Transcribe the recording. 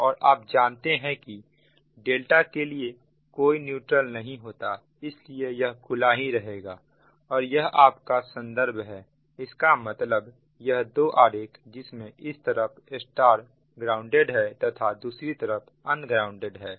और आप जानते हैं कि डेल्टा के लिए कोई न्यूट्रल नहीं होता इसलिए यह खुला ही रहेगा और यह आपका संदर्भ है इसका मतलब यह दो आरेख जिसमें इस तरफ Y ग्राउंडेड है तथा दूसरी तरफ अनग्राउंडेड है